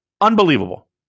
Unbelievable